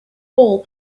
all